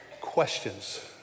questions